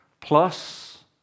plus